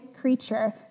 creature